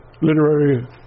Literary